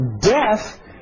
death